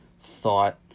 thought